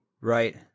Right